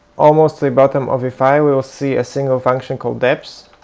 almost to the bottom of the file, we will see a single function called deps.